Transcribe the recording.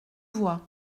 voix